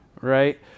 right